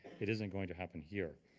it isn't going to happen here.